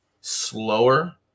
slower